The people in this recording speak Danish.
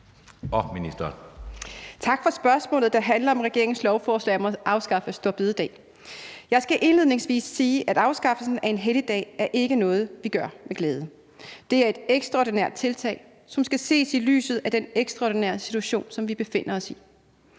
Tak for spørgsmålet, der handler om regeringens lovforslag om at afskaffe store bededag. Jeg skal indledningsvis sige, at afskaffelsen af en helligdag ikke er noget, vi gør med glæde. Det er et ekstraordinært tiltag, som skal ses i lyset af den ekstraordinære situation, som vi befinder os i.